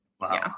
wow